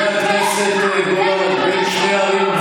חבר הכנסת יעקב אשר, בבקשה.